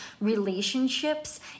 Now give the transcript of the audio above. relationships